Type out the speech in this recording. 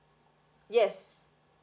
yes